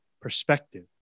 perspective